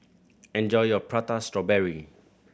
enjoy your Prata Strawberry